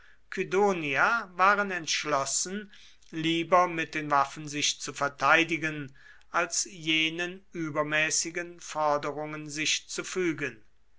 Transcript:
kydonia waren entschlossen lieber mit den waffen sich zu verteidigen als jenen übermäßigen forderungen sich zu fügen